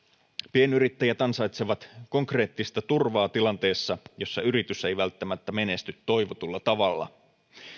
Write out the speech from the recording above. pienyrittäjät ansaitsevat konkreettista turvaa tilanteessa jossa yritys ei välttämättä menesty toivotulla tavalla